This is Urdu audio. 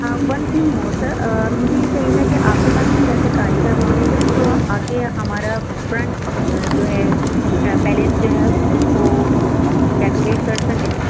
ہاں وَن تھنگ مور سر مجھے یہ چاہیے تھا کہ آپ کے پاس کچھ ایسے کاریگر موجود ہیں جو آ کے ہمارا فرنٹ جو ہے پیلیس جو ہے اُس کو ڈیکوریٹ کر سکیں